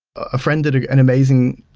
a friend did an amazing